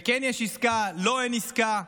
בכן יש עסקה, לא, אין עסקה.